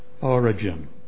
origin